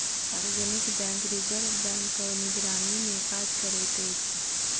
सार्वजनिक bank reserve बैंकक निगरानीमे काज करैत अछि